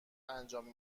انجام